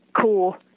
core